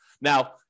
Now